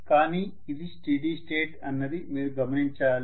కానీ ఇది steady state అన్నది మీరు గమనించాలి